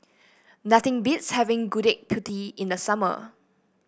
nothing beats having Gudeg Putih in the summer